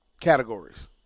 categories